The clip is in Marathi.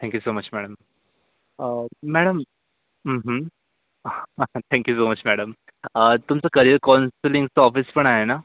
thank you so much madam madam thank you so much madam तुमचं कॅरियर काउंसलिंगचं ऑफिस पण आहे ना